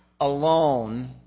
alone